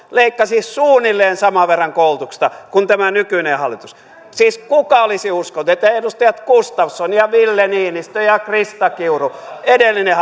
leikkasi suunnilleen saman verran koulutuksesta kuin tämä nykyinen hallitus siis kuka olisi uskonut että edustajat gustafsson ja ville niinistö ja krista kiuru edellinen